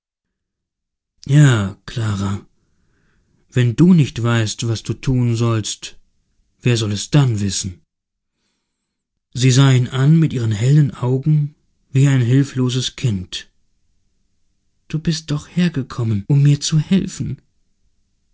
ja clara wenn du nicht weißt was du tun sollst wer soll es dann wissen sie sah ihn an mit ihren hellen augen wie ein hilfloses kind du bist doch hergekommen um mir zu helfen